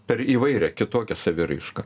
per įvairią kitokią saviraišką